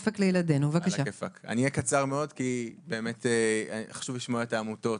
אהיה קצר כי חשוב לשמוע את העמותות.